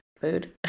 food